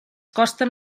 costen